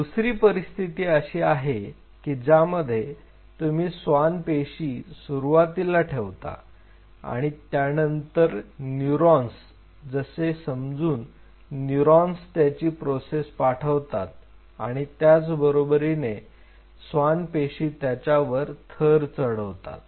दुसरी परिस्थिती अशी आहे की ज्यामध्ये तुम्ही स्वान पेशी सुरुवातीला ठेवता आणि त्यानंतर न्यूरॉन्स असे समजून न्यूरॉन्स त्यांची प्रोसेस पाठवतात आणि त्याच बरोबरीने स्वान पेशी त्याच्यावर थर चढवतात